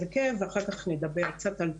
ההרכב, ואחר כך נדבר קצת על תקציב.